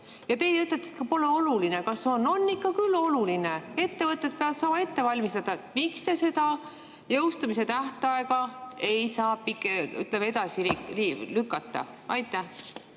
Ja teie ütlete, et pole oluline, kas nii on. On ikka küll oluline, ettevõtted peavad saama selleks valmistuda. Miks te seda jõustumise tähtaega ei saa edasi lükata? Aitäh!